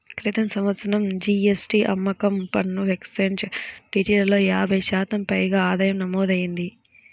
క్రితం సంవత్సరం జీ.ఎస్.టీ, అమ్మకం పన్ను, ఎక్సైజ్ డ్యూటీలలో యాభై శాతం పైగా ఆదాయం నమోదయ్యింది